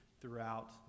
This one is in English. throughout